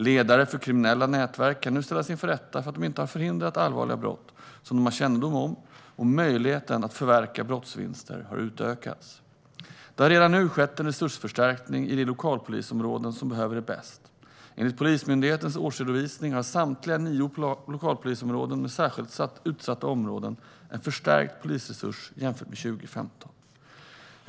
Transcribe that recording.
Ledare för kriminella nätverk kan nu ställas inför rätta för att de inte har förhindrat allvarliga brott som de har kännedom om, och möjligheten att förverka brottsvinster har utökats. Det har redan nu skett en resursförstärkning i de lokalpolisområden som behöver det bäst. Enligt Polismyndighetens årsredovisning har samtliga nio lokalpolisområden med särskilt utsatta områden en förstärkt polisresurs jämfört med 2015.